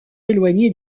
éloignés